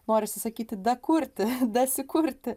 norisi sakyti dakurti dasikurti